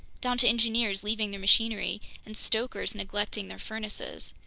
down to engineers leaving their machinery and stokers neglecting their furnaces.